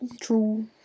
True